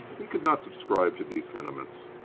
he could not subscribe to these sentiments.